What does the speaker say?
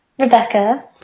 Rebecca